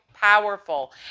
powerful